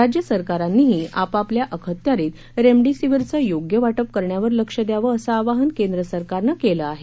राज्यसरकारांनीही आपापल्या अखत्यारीत रेमडेसीवीरचं योग्य वाटप करण्यावर लक्ष द्यावं असं आवाहन केंद्रसरकारनं केलं आहे